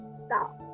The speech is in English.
stop